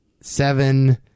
Seven